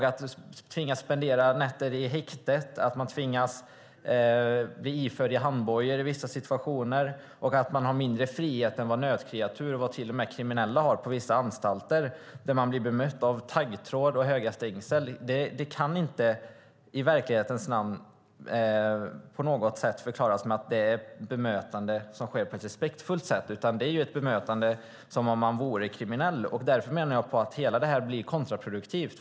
Att tvingas spendera nätter i häktet, tvingas bli iförd handbojor i vissa situationer och ha mindre frihet än nötkreatur och till och med kriminella på vissa anstalter, där man möts av taggtråd och höga stängsel, kan i sanningens namn inte på något sätt förklaras med att bemötandet sker på ett respektfullt sätt. Det är ett bemötande som om man vore kriminell. Därför menar jag att det hela blir kontraproduktivt.